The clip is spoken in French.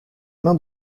mains